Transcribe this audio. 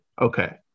okay